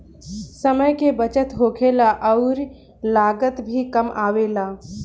समय के बचत होखेला अउरी लागत भी कम आवेला